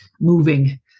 moving